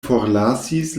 forlasis